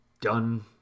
done